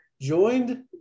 joined